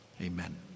Amen